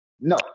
No